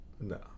no